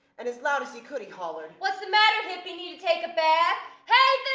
and as loud as he could, he hollered. what's the matter, hippie, need to take a bath? hey,